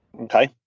Okay